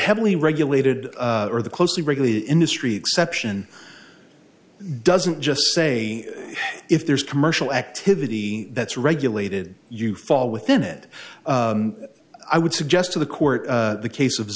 heavily regulated or the closely regulated industry exception doesn't just say if there's commercial activity that's regulated you fall within it i would suggest to the court the case of